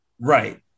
Right